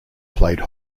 played